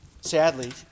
sadly